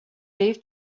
leave